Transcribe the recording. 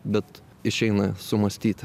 bet išeina sumąstyti